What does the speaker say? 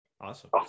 Awesome